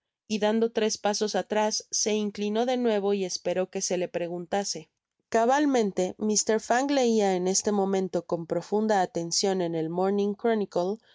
y dando tres pasos atrás se inclinó de nuevo y esperó que se le preguntase cabalmente mr fang leia en este momento con profunda atencion en el morning chronicle